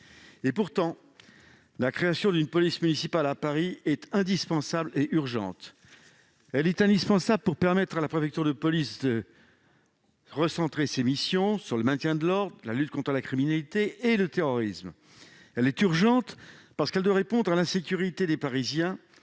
Pourtant, la création d'une police municipale à Paris est indispensable et urgente. Elle est indispensable pour permettre à la préfecture de police de recentrer ses missions sur le maintien de l'ordre, la lutte contre la criminalité et le terrorisme. Elle est urgente parce qu'il faut répondre à l'insécurité des Parisiens,